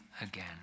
again